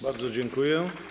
Bardzo dziękuję.